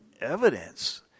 evidence